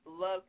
love